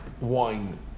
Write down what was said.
wine